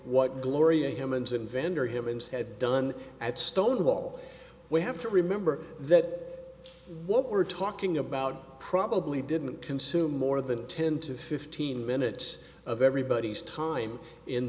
what gloria him and vendor him instead done at stonewall we have to remember that what we're talking about probably didn't consume more than ten to fifteen minutes of everybody's time in